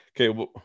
okay